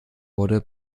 wurde